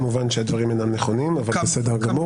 כמובן שהדברים אינם נכונים, אבל בסדר גמור.